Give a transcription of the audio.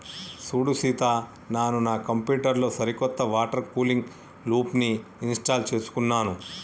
సూడు సీత నాను నా కంప్యూటర్ లో సరికొత్త వాటర్ కూలింగ్ లూప్ని ఇంస్టాల్ చేసుకున్నాను